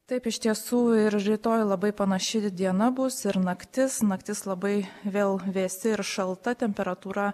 taip iš tiesų ir rytoj labai panaši diena bus ir naktis naktis labai vėl vėsi ir šalta temperatūra